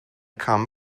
come